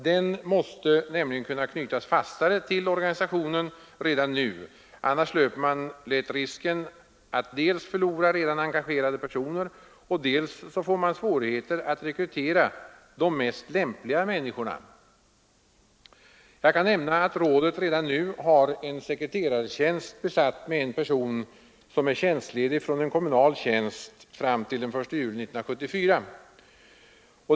Den måste nämligen kunna knytas fastare till organisationen redan nu — annars löper man lätt risken att dels förlora redan engagerade personer, dels få svårigheter att rekrytera de mest lämpliga människorna. Jag kan nämna att rådet redan nu har en sekreterartjänst besatt med en person som är tjänstledig från en kommunal tjänst fram till den 1 juli 1974.